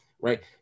right